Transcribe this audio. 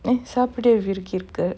eh சாப்ட:saapda